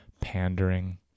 pandering